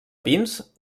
pins